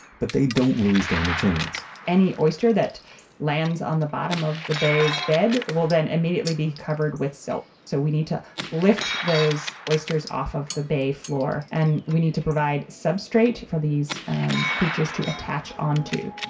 but they don't really stand a chance any oyster that lands on the bottom of the bay's bed will then immediately be covered with silt. so we need to lift those oysters off of the bay floor and we need to provide a substrate for these creatures to attach onto